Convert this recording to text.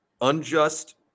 unjust